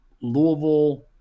Louisville